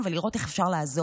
אנחנו במצב מאוד מאוד קשה.